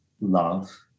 love